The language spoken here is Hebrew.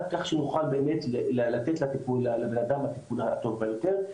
כך שיוכל באמת לתת לטיפול ולאדם את הטיפול הטוב ביותר,